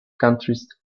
countries